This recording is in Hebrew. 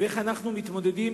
ואיך אנחנו מתמודדים,